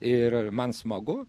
ir man smagu